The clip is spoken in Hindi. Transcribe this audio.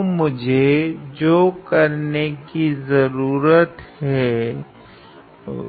तो मुझे जो करने कि जरूरत है वो है